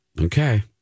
Okay